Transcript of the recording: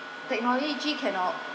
technology cannot